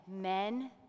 men